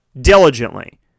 Diligently